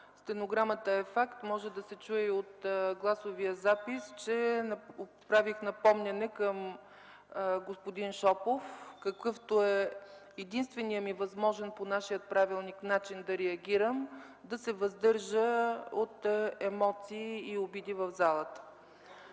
стенограмата е факт, може да се чуе и от гласовия запис, че отправих напомняне към господин Шопов, какъвто е единственият ми възможен начин по нашия правилник да реагирам – да се въздържа от емоции и обиди в залата.